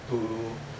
to